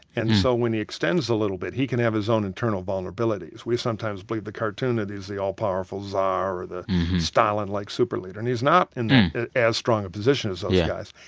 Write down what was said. and so when he extends a little bit, he can have his own internal vulnerabilities. we sometimes believe the cartoon that he's the all-powerful czar or the stalinlike superleader, and he's not in as strong a position as those guys.